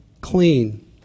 clean